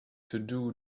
todo